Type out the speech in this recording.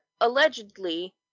allegedly